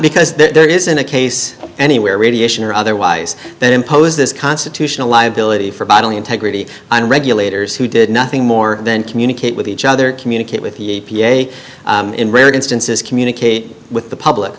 because there isn't a case anywhere radiation or otherwise that impose this constitutional liability for bodily integrity and regulators who did nothing more than communicate with each other communicate with the a p a in rare instances communicate with the public